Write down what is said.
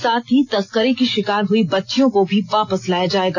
साथ ही तस्करी की शिकार हई बच्चियों को भी वापस लाया जायेगा